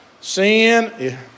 Sin